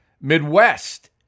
Midwest